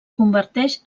converteix